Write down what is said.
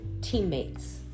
teammates